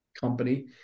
company